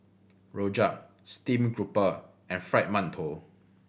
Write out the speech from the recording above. rojak steamed grouper and Fried Mantou